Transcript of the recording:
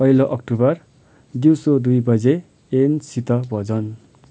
पहिलो अक्टोबर दिउँसो दुई बजे एनसित भोजन